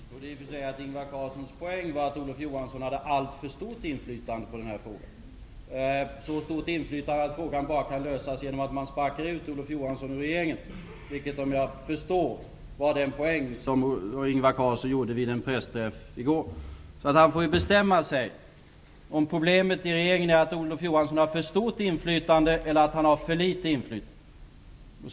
Fru talman! Jag trodde i och för sig att Ingvar Carlssons poäng var att Olof Johansson hade alltför stort inflytande på den här frågan, så stort inflytande att frågan bara kan lösas genom att man sparkar ut Olof Johansson ur regeringen, vilket jag förstår var poängen med Ingvar Carlssons pressträff i går. Han får bestämma sig om problemet i regeringen är att Olof Johansson har för stort inflytande eller att han har för litet inflytande.